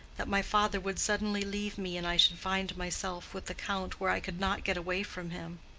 that my father would suddenly leave me and i should find myself with the count where i could not get away from him.